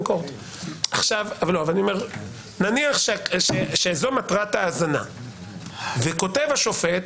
נניח שזו מטרת ההאזנה וכותב השופט,